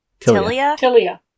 Tilia